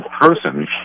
person